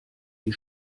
die